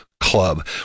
club